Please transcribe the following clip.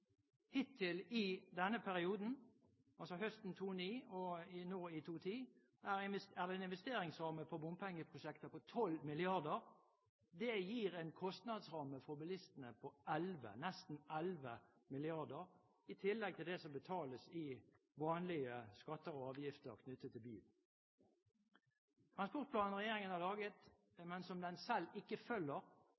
Hittil i denne perioden, altså høsten 2009 og nå i 2010, er det en investeringsramme for bompengeprosjekter på 12 mrd. kr. Det gir en kostnadsramme for bilistene på nesten 11 mrd. kr. i tillegg til det som betales i vanlige skatter og avgifter knyttet til bil. Transportplanen regjeringen har laget